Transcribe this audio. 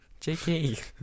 JK